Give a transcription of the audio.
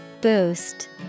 Boost